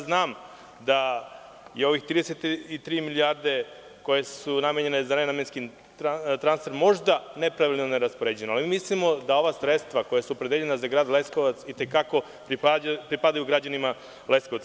Znam da je ovih 33 milijardi, koje su namenjeni za nenamenski transfer, možda nepravilno raspoređeno, ali mislimo da ova sredstva koja su opredeljena za Grad Leskovac i te kako pripadaju građanima Leskovca.